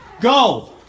Go